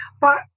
But-